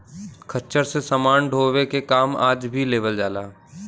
खच्चर से समान ढोवे के काम आज भी लेवल जाला